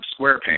SquarePants